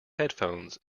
headphones